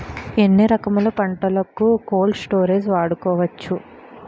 ఎన్ని రకములు పంటలకు కోల్డ్ స్టోరేజ్ వాడుకోవచ్చు?